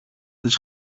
της